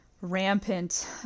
rampant